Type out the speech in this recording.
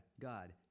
God